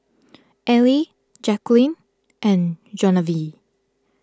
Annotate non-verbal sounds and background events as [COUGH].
Allie Jaquelin and [UNINTELLIGIBLE]